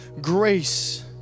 grace